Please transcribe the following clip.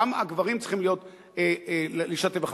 גם הגברים צריכים להשתתף בכך.